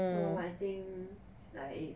so I think like